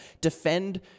Defend